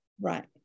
Right